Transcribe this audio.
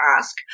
ask